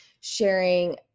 sharing